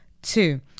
Two